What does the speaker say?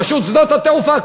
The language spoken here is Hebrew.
רשות שדות התעופה,